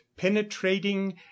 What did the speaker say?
penetrating